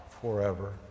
forever